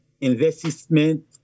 investment